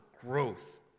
growth